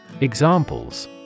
Examples